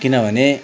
किनभने